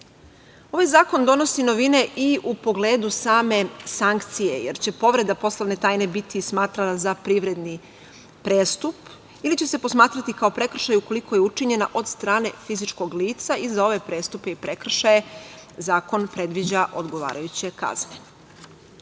zakon donosi novine i u pogledu same sankcije, jer će povreda poslovne tajne biti smatrana za privredni prestup ili će se posmatrati kao prekršaj, ukoliko je učinjena od strane fizičkog lica i za ove prestupe i prekršaje zakon predviđa odgovarajuće